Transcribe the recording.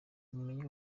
mumenye